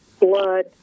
blood